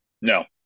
No